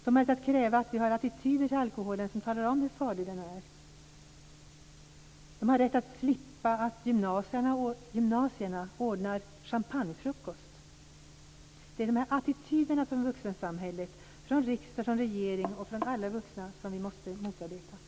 De har rätt att kräva att vi har attityder till alkoholen som talar om hur farlig den är. De har rätt att slippa att gymnasierna ordnar champagnefrukost. Det är de här attityderna från vuxensamhället - från riksdag, från regering och från alla vuxna över huvud taget - som vi måste motarbeta.